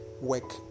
work